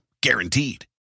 Guaranteed